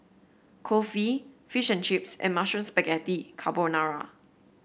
Kulfi Fish and Chips and Mushroom Spaghetti Carbonara